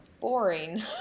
boring